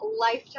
lifetime